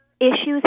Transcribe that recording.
issues